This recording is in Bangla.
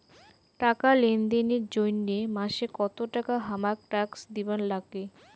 টাকা লেনদেন এর জইন্যে মাসে কত টাকা হামাক ট্যাক্স দিবার নাগে?